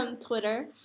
Twitter